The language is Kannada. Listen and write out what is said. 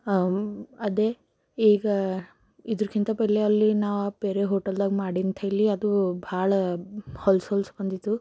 ಅದೇ ಈಗ ಇದ್ರುಕ್ಕಿಂತ ಪೈಲೆ ಅಲ್ಲಿ ನಾ ಬೇರೆ ಹೋಟೆಲ್ದಾಗ ಮಾಡಿ ಅಂತೆ ಹೇಳಿ ಅದು ಬಹಳ ಹೊಲಸು ಹೊಲಸು ಬಂದಿತು